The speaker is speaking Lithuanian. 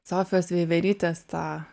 sofijos veiverytės tą